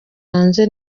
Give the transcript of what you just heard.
hanze